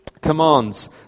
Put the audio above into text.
commands